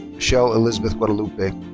michelle elizabeth guadalupe.